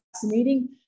fascinating